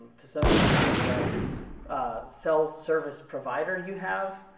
to some degree what cell service provider you have.